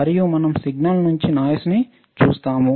మరియు మనము సిగ్నల్ నుంచి నాయిస్న్ని చూస్తాము